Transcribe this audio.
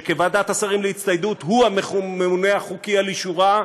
שכוועדת השרים להצטיידות הוא הממונה החוקי על אישורה,